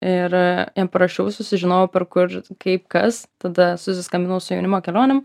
ir jam parašiau susižinojau per kur kaip kas tada susiskambinau su jaunimo kelionėm